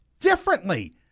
differently